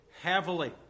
heavily